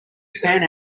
tan